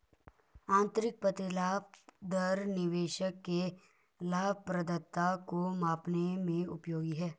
आंतरिक प्रतिलाभ दर निवेशक के लाभप्रदता को मापने में उपयोगी है